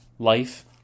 life